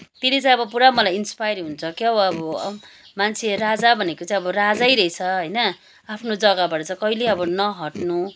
त्यसले चाहिँ अब पुरा मलाई इन्सपायर हुन्छ क्या अब मान्छे राजा भनेको चाहिँ राजै रहेछ होइन आफ्नो जग्गाबाट चाहिँ कहिले अब नहट्नु